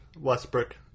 Westbrook